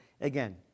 again